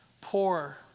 Poor